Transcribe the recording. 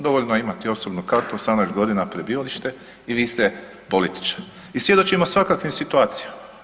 Dovoljno je imati osobnu kartu, 18 godina prebivalište i vi ste političar i svjedočimo svakakvim situacijama.